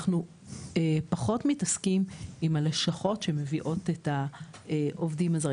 אנחנו פחות מתעסקים עם הלשכות שמביאות את העובדים הזרים.